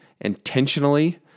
intentionally